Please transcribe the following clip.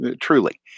truly